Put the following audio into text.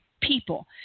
people